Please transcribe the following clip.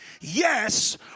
Yes